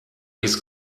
his